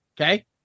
Okay